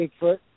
Bigfoot